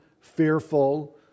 fearful